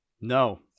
no